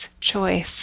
choice